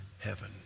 heaven